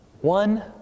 One